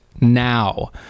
now